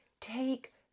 take